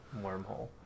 wormhole